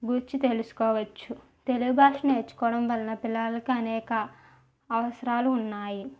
గూర్చి నేర్చుకోవచ్చు తెలుగు భాష నేర్చుకోవడం వలన పిల్లలకు అనేక అవసరాలు ఉన్నాయి